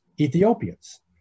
Ethiopians